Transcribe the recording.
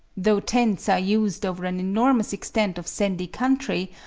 though tents are used over an enormous extent of sandy country,